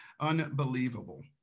unbelievable